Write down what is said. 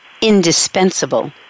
indispensable